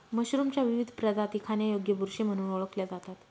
मशरूमच्या विविध प्रजाती खाण्यायोग्य बुरशी म्हणून ओळखल्या जातात